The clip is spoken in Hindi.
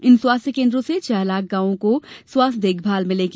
इन स्वास्थ्य केंद्रों से छह लाख गांवों को स्वास्थ्य देखभाल मिलेगी